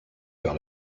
par